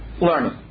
learning